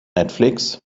netflix